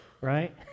Right